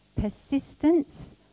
Persistence